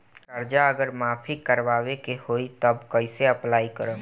कर्जा अगर माफी करवावे के होई तब कैसे अप्लाई करम?